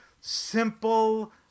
simple